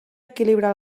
equilibrar